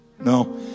No